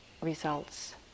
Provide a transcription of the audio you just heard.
results